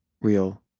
real